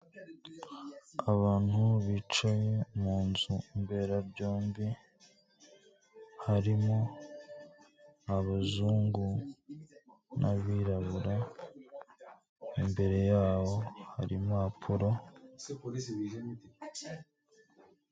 Abantu bicaye mu nzu mberabyombi, harimo abazungu n'abirabura, imbere yabo hari impapuro.